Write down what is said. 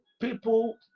people